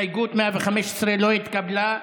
הסתייגות 115 לא התקבלה.